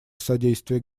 содействие